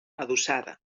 adossada